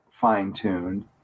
fine-tuned